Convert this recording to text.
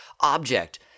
object